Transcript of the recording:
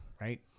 right